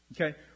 Okay